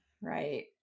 Right